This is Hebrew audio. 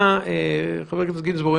חבר הכנסת גינזבורג,